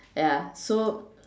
ya so